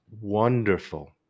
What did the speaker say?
wonderful